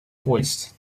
voiced